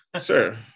Sure